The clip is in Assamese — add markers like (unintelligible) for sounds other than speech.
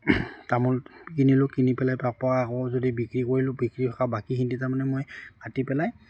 তামোল কিনিলোঁ কিনি পেলাই (unintelligible) আকৌ যদি বিক্ৰী কৰিলোঁ বিক্ৰী (unintelligible) বাকীখিনি তাৰমানে মই কাটি পেলাই